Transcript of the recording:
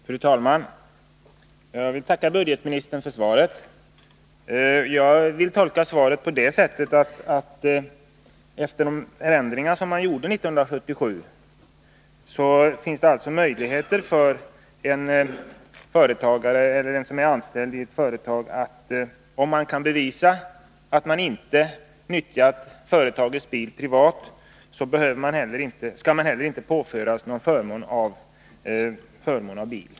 Fru talman! Jag tackar budgetministern för svaret. Jag vill tolka svaret på det sättet, att det efter de ändringar som gjordes 1977 finns möjligheter för en företagare eller en anställd i ett företag som innebär att om man kan bevisa att man inte nyttjat företagets bil privat, så skall man heller inte vid taxering påföras förmån av bil.